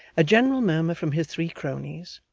a general murmur from his three cronies,